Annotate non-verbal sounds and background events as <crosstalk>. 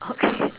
okay <laughs>